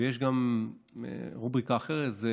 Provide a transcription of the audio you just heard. ויש גם רובריקה אחרת,